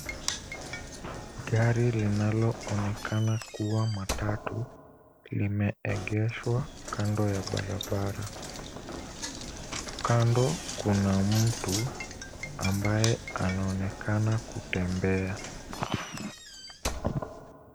Gari linaloonekana kuwa matatu limeegeshwa kando ya barabara. Kando kuna mtu ambaye anaonekana kutembea.